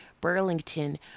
burlington